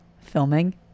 filming